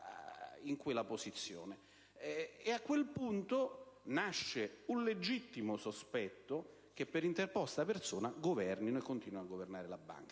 in quella posizione. A questo punto nasce il legittimo sospetto che, per interposta persona, continuino a governare la Banca.